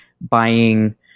buying